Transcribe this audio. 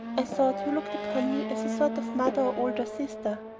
i thought you looked upon me as a sort of mother or older sister.